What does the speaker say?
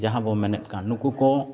ᱡᱟᱦᱟᱵᱚᱱ ᱢᱮᱱᱮᱫᱠᱟᱱ ᱱᱩᱠᱩ ᱠᱚ